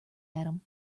him